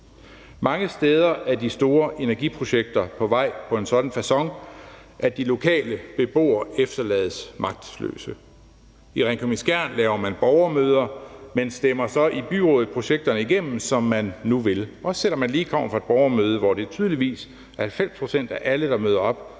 Mange steder er de store energiprojekter på vej på en sådan facon, at de lokale beboere efterlades magtesløse. I Ringkøbing-Skjern laver man borgermøder, og projekterne bliver så stemt igennem i byrådet, som man nu vil, også selv om man lige kommer fra et borgermøde, hvor det tydeligvis er 90 pct. af alle, der møder op,